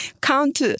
count